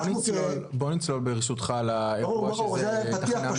בוא נצלול ברשותך לאירוע שזה התחנה המרכזית הדשה.